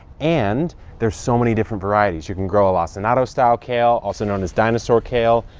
and there are so many different varieties. you can grow a lacinato style kale, also known as dinosaur kale.